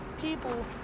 people